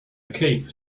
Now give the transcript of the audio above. cape